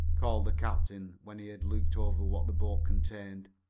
called the captain, when he had looked over what the boat contained.